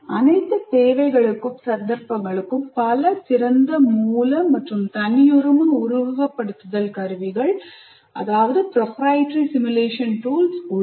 அனைத்து தேவைகளுக்கும் சந்தர்ப்பங்களுக்கும் பல திறந்த மூல மற்றும் தனியுரிம உருவகப்படுத்துதல் கருவிகள் proprietary simulation tools உள்ளன